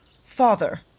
Father